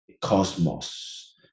cosmos